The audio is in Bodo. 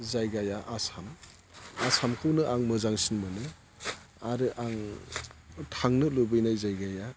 जायगाया आसाम आसामखौनो आं मोजांसिन मोनो आरो आं थांनो लुबैनाय जायगाया